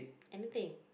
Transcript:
anything